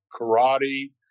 karate